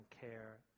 care